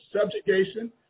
subjugation